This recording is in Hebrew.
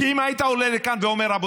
כי אם היית עולה לכאן ואומר: רבותיי,